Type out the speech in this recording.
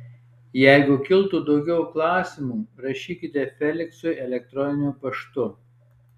jeigu kiltų daugiau klausimų rašykite feliksui elektroniniu paštu